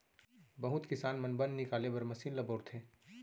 बहुत किसान मन बन निकाले बर मसीन ल बउरथे